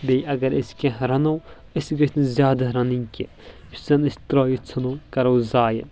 بییٚہِ اگر أسۍ کینٛہہ رنو أسۍ گٔژھ نہٕ زیادٕ رنٕنۍ کینٛہہ یُس زن أسۍ ترٲیتھ ژھٕنو کرو زایہ